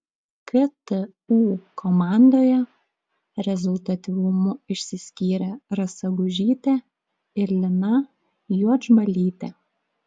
ktu komandoje rezultatyvumu išsiskyrė rasa gužytė ir lina juodžbalytė